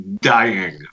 dying